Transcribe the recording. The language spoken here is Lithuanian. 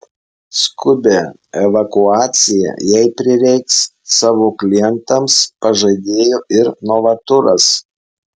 skubią evakuaciją jei prireiks savo klientams pažadėjo ir novaturas